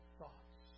thoughts